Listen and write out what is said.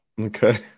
Okay